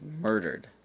murdered